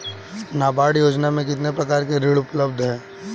नाबार्ड योजना में कितने प्रकार के ऋण उपलब्ध हैं?